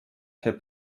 herr